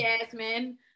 Jasmine